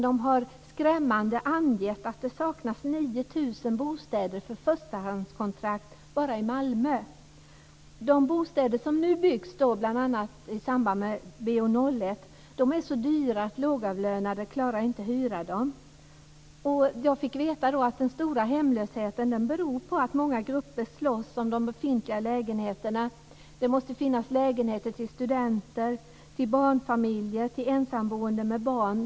De har skrämmande angett att det saknas 9 000 bostäder med förstahandskontrakt bara i Malmö. De bostäder som nu byggs, bl.a. i samband med Bo 01 är så dyra att lågavlönade inte klarar att hyra dem. Jag fick veta att den stora hemlösheten beror på att många grupper slåss om de befintliga lägenheterna. Det måste finnas lägenheter till studenter, barnfamiljer och ensamboende med barn.